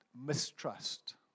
mistrust